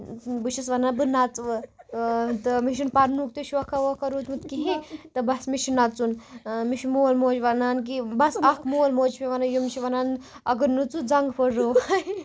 بہٕ چھس وَنان بہٕ نَژٕ ووں تہٕ مےٚ چھُنہٕ پَرنُک تہِ شوقا ووقا رودمُت کِہیٖنۍ تہٕ بَس مےٚ چھُ نَژُن مےٚ چھُ مول موج وَنان کہِ بَس اَکھ مول موج چھِ مےٚ وَنان یِم چھِ مےٚ وَنان اَگر نوژُتھ زَنگہٕ فٕٹراو ہوٚے